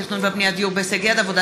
בהצעת חוק התכנון והבנייה (דיור בהישג יד),